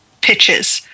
pitches